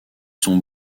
sont